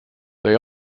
they